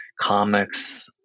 comics